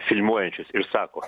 filmuojančius ir sako